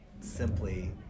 simply